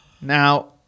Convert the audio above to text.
Now